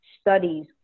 studies